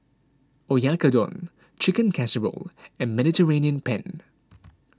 Oyakodon Chicken Casserole and Mediterranean Penne